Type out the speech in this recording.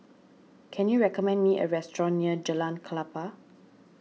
can you recommend me a restaurant near Jalan Klapa